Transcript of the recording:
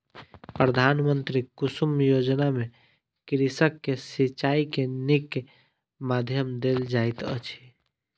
प्रधानमंत्री कुसुम योजना में कृषक के सिचाई के नीक माध्यम देल जाइत अछि